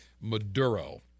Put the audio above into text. Maduro